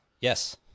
Yes